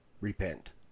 repent